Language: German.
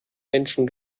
menschen